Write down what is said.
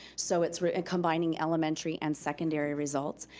so it's combining elementary and secondary results.